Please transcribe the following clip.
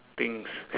things